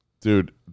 Dude